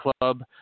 club